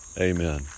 amen